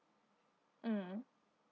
mm